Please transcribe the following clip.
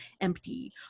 empty